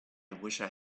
wished